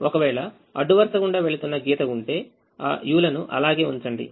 ఒకవేళ అడ్డు వరుస గుండా వెళ్తున్నగీత ఉంటే u లను అలాగే ఉంచండి